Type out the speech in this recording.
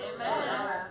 Amen